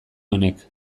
honek